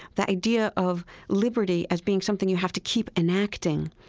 the idea of liberty as being something you have to keep enacting,